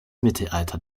mittelalter